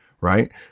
right